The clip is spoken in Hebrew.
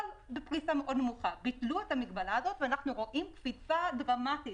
אחרי שביטלו את המגבלה הזאת יש גידול דרמטי,